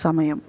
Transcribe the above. സമയം